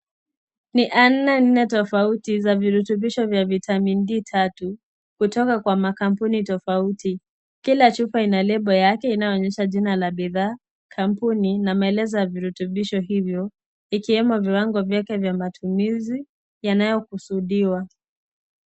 NI aina nne tofauti za virutubisho vya vitamin D tatu kutoka kwa makampuni tofauti kila chupa ina lebo yake inayoonyesha jina la bidhaa, kampuni na maelezo ya virutubisho hivyo ikiwemo viwango vyake vya matumizi yanayokusudiwa.